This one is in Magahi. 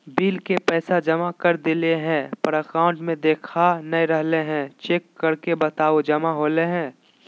बिल के पैसा जमा कर देलियाय है पर अकाउंट में देखा नय रहले है, चेक करके बताहो जमा होले है?